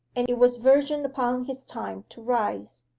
and it was verging upon his time to rise.